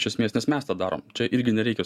iš esmės nes mes tą darom čia irgi nereikia